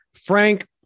Frank